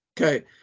Okay